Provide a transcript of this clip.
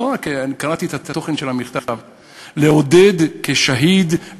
קראתי את תוכן המכתב לעודד כשהיד,